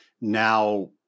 now